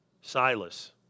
Silas